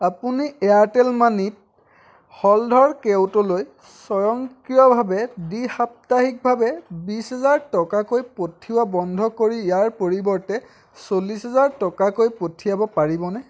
আপুনি এয়াৰটেল মানিত হলধৰ কেওটলৈ স্বয়ংক্ৰিয়ভাৱে দ্বি সাপ্তাহিকভাৱে বিশ হাজাৰ টকাকৈ পঠিওৱা বন্ধ কৰি ইয়াৰ পৰিৱৰ্তে চল্লিছ হাজাৰ টকাকৈ পঠিয়াব পাৰিবনে